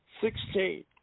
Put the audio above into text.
sixteen